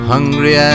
Hungry